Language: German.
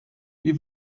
wie